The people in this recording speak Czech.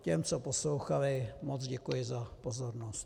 Těm, co poslouchali, moc děkuji za pozornost.